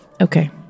Okay